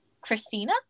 Christina